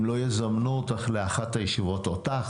אם לא יזמנו אותך לאחת הישיבות אותך